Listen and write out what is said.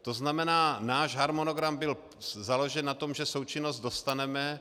To znamená, náš harmonogram byl založen na tom, že součinnost dostaneme.